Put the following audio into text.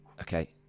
Okay